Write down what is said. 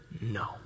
no